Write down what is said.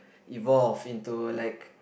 evolved into like